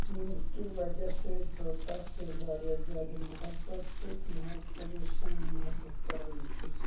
ییٚمۍ کہِ وَجہ سۭتۍ بہٕ تَس سۭتۍ واریاہ زیادٕ محبت تہٕ خلوٗص سان محبت کَران چھُس